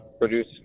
produce